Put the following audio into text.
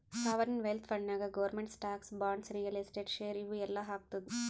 sovereign wealth ಫಂಡ್ನಾಗ್ government stocks, bonds, real estate, share ಇವು ಎಲ್ಲಾ ಹಾಕ್ತುದ್